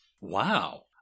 Wow